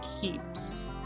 keeps